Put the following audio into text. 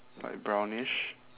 like brownish